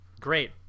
great